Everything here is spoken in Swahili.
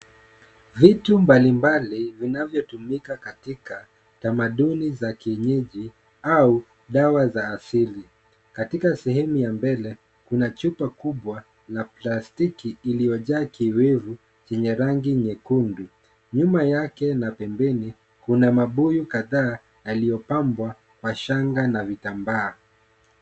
Vitu mbalimbali vinavyotumika katika tamaduni za kienyeji au dawa za asili, katika sehemu ya mbele, kuna chupa kubwa la plastiki iliyojaa kiowevu chenye rangi nyekundu. Nyuma yake na pembeni kuna mabuyu kadhaa yaliyopambwa kwa shanga na vitambaa.